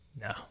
No